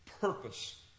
purpose